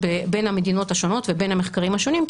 בין המדינות השונות ובין המחקרים השונים,